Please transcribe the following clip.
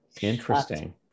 Interesting